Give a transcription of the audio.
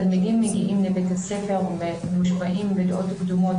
תלמידים שמגיעים לבית הספר שמושפעים מדעות קדומות